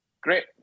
Great